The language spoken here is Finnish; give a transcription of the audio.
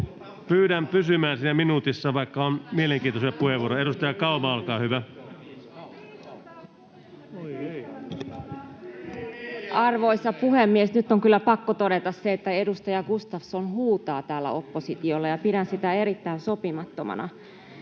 Pyydän pysymään siinä minuutissa, vaikka on mielenkiintoisia puheenvuoroja. — Edustaja Kauma, olkaa hyvä. Arvoisa puhemies! Nyt on kyllä pakko todeta, että edustaja Gustafsson huutaa täällä oppositiolle, ja pidän sitä erittäin sopimattomana.